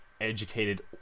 educated